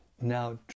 Now